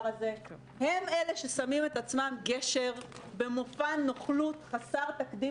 הזה הם אלה ששמים את עצמם גשר במופע נוכלות חסר תקדים